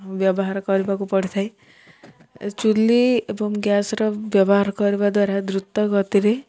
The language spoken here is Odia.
ବ୍ୟବହାର କରିବାକୁ ପଡ଼ିଥାଏ ଚୁଲି ଏବଂ ଗ୍ୟାସ୍ ର ବ୍ୟବହାର କରିବା ଦ୍ୱାରା ଦ୍ରୁତ ଗତିରେ